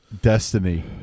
destiny